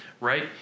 right